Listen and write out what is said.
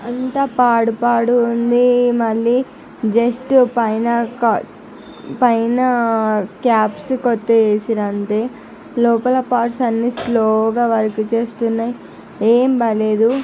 అంతా పాడు పాడుగుంది మళ్ళీ జస్ట్ పైన పైన క్యాప్స్ కొత్తవి ఏసిర్రు అంతే లోపల పార్ట్స్ అన్నీ స్లోగా వర్క్ చేస్తున్నాయి ఏం బాగాలేదు